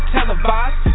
televised